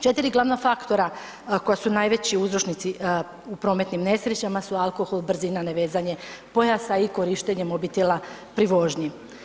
4 glavna faktora koja su najveći uzročnici u prometnim nesrećama, su alkohol, brzina, nevezanje pojasa i korištenje mobitela pri vožnji.